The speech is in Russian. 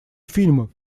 фильмов